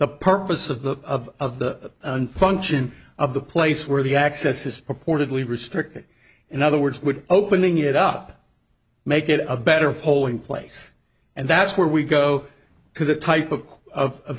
the purpose of the of the function of the place where the access is purportedly restricted in other words would opening it up make it a better polling place and that's where we go to the type of